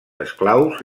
esclaus